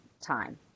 time